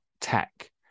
tech